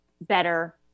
better